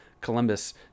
Columbus